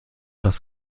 das